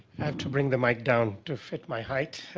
have to bring the mic down to fit my height.